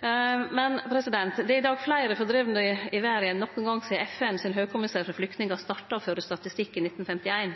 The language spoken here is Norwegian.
Det er i dag fleire fordrivne i verda enn nokon gong sidan Høgkommissæren for flyktningar i FN starta å føre statistikk i 1951.